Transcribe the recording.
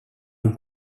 mon